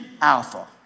Alpha